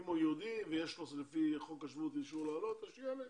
אם הוא יהודי ויש לו לפי חוק השבות אישור לעלות אז שיעלה.